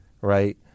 right